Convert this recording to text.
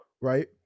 Right